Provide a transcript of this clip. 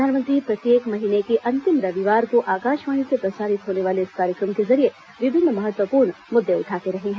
प्रधानमंत्री प्रत्येक महीने के अंतिम रविवार को आकाशवाणी से प्रसारित होने वाले इस कार्यक्रम के जरिए विभिन्न महत्वपूर्ण मुद्दे उठाते रहे हैं